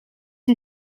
een